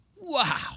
Wow